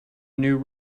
new